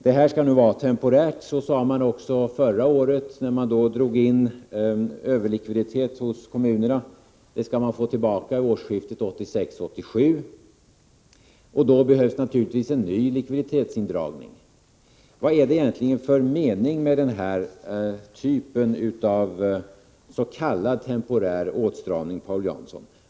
Det här skall vara temporärt, sade man också förra året då man drog in överlikviditeten hos kommunerna. Pengarna skall man få tillbaka vid årsskiftet 1986-1987. Då behövs naturligtvis en ny likviditetsindragning. Vad är det egentligen för mening med den här typen av s.k. temporär åtstramning, Paul Jansson?